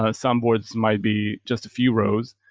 ah some boards might be just a few rows.